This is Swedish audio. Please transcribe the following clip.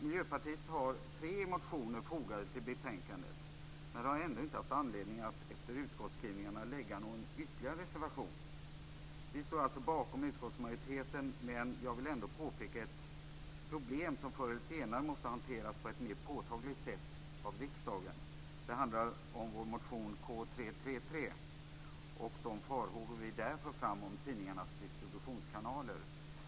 Miljöpartiet har fogat tre motioner vid betänkandet men har ändå inte haft anledning att lägga in någon ytterligare reservation mot utskottsskrivningen. Vi står alltså bakom utskottsmajoriteten, men jag vill ändå peka på ett problem som förr eller senare måste hanteras på ett mer påtagligt sätt av riksdagen. Det handlar om vår motion K333 och de farhågor som vi där för fram om tidningarnas distributionskanaler.